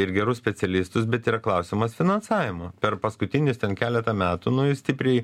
ir gerus specialistus bet yra klausimas finansavimo per paskutinius keleta metų nu jis stipriai